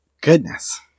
goodness